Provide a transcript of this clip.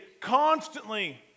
constantly